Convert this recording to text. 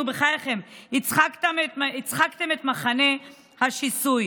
נו, בחייכם, הצחקתם את מחנה השיסוי.